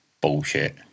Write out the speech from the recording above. Bullshit